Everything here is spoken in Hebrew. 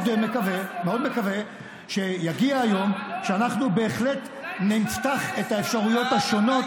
אני מאוד מקווה שיגיע היום שאנחנו בהחלט נפתח את האפשרויות השונות,